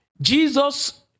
Jesus